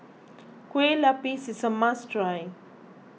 Kueh Lupis is a must try